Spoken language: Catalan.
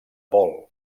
vol